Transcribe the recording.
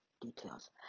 details